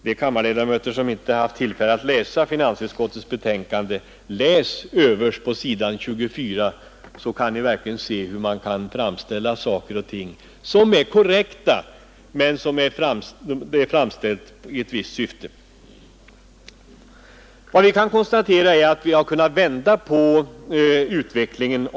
De kammarledamöter som inte har haft tillfälle att läsa finansutskottets betänkande vill jag uppmana att göra det. Läs vad som står överst på s. 24, så skall ni se hur man kan framställa siffror på ett sätt som gagnar ett visst syfte. Om man ser till helheten kan det konstateras att vi nu har kunnat vända på utvecklingen.